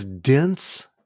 dense